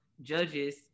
judges